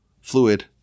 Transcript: fluid